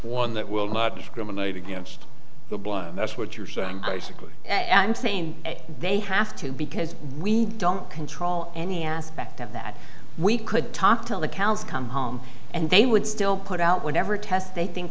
one that will not discriminate against the blow that's what you're saying basically i'm saying they have to because we don't control any aspect of that we could talk till the cows come home and they would still put out whatever test they think